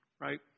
right